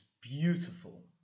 beautiful